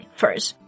first